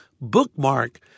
bookmark